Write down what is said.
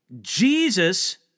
Jesus